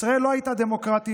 ישראל לא הייתה דמוקרטית